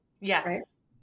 Yes